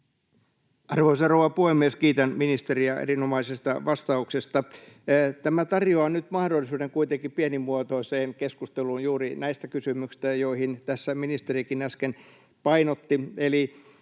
Arvoisa rouva puhemies! Kiitän ministeriä erinomaisesta vastauksesta. Tämä tarjoaa nyt mahdollisuuden kuitenkin pienimuotoiseen keskusteluun juuri näistä kysymyksistä, joita tässä ministerikin äsken painotti.